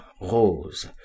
rose